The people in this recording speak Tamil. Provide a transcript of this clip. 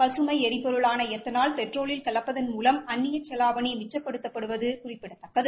ளிபொருளான எத்தனால் பெட்ரோலில் கலப்பதன் மூலம் அந்நிய செலாவனி பசுமை மிச்சப்படுத்தப்படுவது குறிப்பிடத்தக்கது